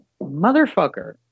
Motherfucker